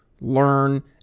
learn